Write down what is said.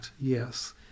yes